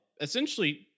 essentially